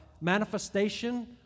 manifestation